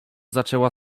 zaczęła